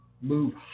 move